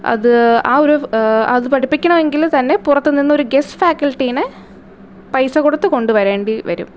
അത് ആ ഒരു അത് പഠിപ്പിക്കണമെങ്കിൽ തന്നെ പുറത്തു നിന്നൊരു ഗെസ്റ്റ് ഫാക്കൽട്ടിയെ പൈസ കൊടുത്തു കൊണ്ടുവരേണ്ടി വരും